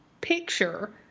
picture